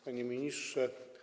Panie Ministrze!